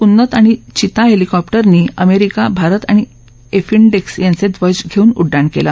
उन्नत आणि चिता हेलिकॉप्टर्नी अमेरिका भारत आणि एफिन्डेक्स यांचे ध्वज घेऊन उड्डाण केलं